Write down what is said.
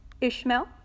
Ishmael